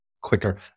quicker